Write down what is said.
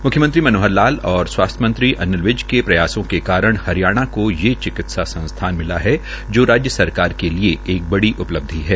म्ख्यमंत्री मनोहर लाल और स्वास्थ्य मंत्री अनिज विज के प्रयासों के कारण हरियाणा को ये चिकित्सा संस्थान मिला है जो राज्य सरकार के लिये एक बड़ी उ लब्धि है